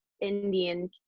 Indian